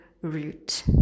root